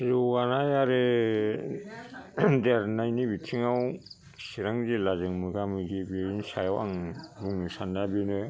जौगानाय आरो देरनायनि बिथिङाव चिरां जिल्लाजों मोगा मोगि बेनि सायाव आं बुंनो साननाया बेनो